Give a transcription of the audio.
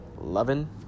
loving